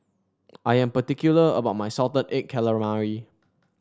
I am particular about my Salted Egg Calamari